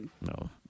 no